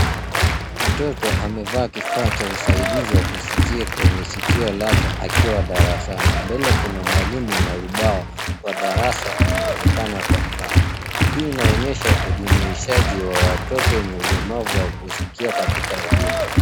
Mtoto amevaa kifaa cha usaidizi wa kusikia kwenye sikio lake akiwa darasani. Mbele kuna mwalimu na ubao wa darasa unaonekana kwa umbali. Hii inaonyesha ujumuishaji wa watoto wenye ulemavu wa kusikia katika elimu.